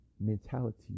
mentality